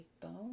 bone